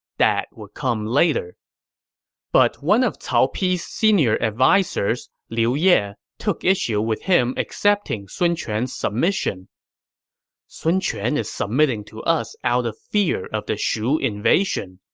that would come later now, but one of cao pi's senior advisers, liu ye, took issue with him accepting sun quan's submission sun quan is submitting to us out of fear of the shu invasion,